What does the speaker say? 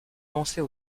penser